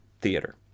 Theater